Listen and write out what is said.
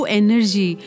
energy